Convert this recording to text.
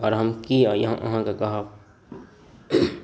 आओर हम की अहाँ अहाँकए कहब